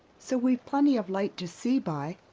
so we've plenty of light to see by.